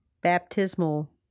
baptismal